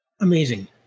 amazing